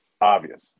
obvious